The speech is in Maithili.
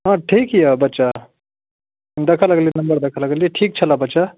हँ ठीक अइ बच्चा देखऽ लगलिए नम्बर देखऽ लगलिए ठीक छलै बच्चा